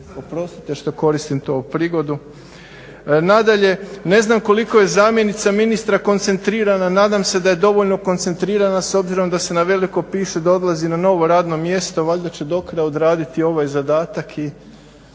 Oprostite što koristim ovu prigodu. Nadalje, ne znam koliko je zamjenica ministra koncentrirana. Nadam se da je dovoljno koncentrirana s obzirom da se na veliko piše da odlazi na novo radno mjesto. Valjda će do kraja odraditi ovaj zadatak.